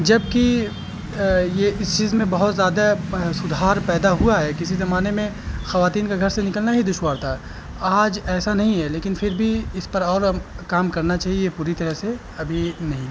جبکہ یہ اس چیز میں بہت زیادہ سدھار پیدا ہوا ہے کسی زمانے میں خواتین کا گھر سے نکلنا ہی دشوار تھا آج ایسا نہیں ہے لیکن پھر بھی اس پر اور کام کرنا چاہیے یہ پوری طرح سے ابھی نہیں ہوا ہے